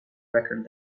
record